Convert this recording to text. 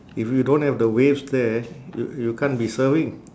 if you don't have the waves there y~ you can't be surfing